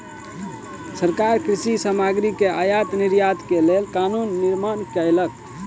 सरकार कृषि सामग्री के आयात निर्यातक लेल कानून निर्माण कयलक